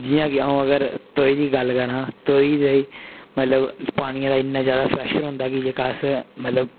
जियां कि अ'ऊं अगर तौही दी गल्ल करां तौही दे मतलब पानियै दा इन्ना ज्यादा प्रेशर होंदा कि जेह्का अस मतलब